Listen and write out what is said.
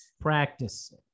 Practice